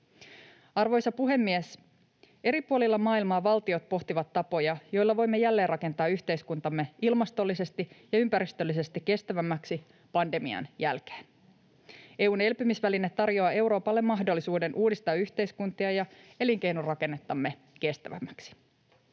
Arvoisa puhemies! Eri puolilla maailmaa valtiot pohtivat tapoja, joilla voimme jälleenrakentaa yhteiskuntamme ilmastollisesti ja ympäristöllisesti kestävämmäksi pandemian jälkeen. EU:n elpymisväline tarjoaa Euroopalle mahdollisuuden uudistaa yhteiskuntia ja elinkeinorakennettamme kestävämmäksi.